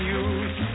use